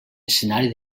escenari